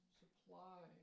supply